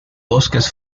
bosques